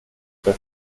per